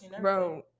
Bro